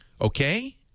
Okay